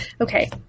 Okay